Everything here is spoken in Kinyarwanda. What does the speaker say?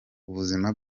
ubuzima